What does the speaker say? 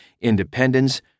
independence